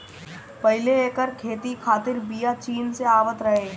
पहिले एकर खेती खातिर बिया चीन से आवत रहे